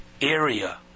area